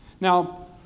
Now